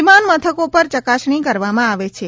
વિમાનમથકો પર ચકાસણી કરવામા આવે છે